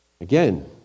Again